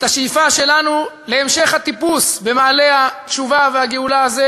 את השאיפה שלנו להמשך הטיפוס במעלה התשובה והגאולה הזה